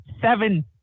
seven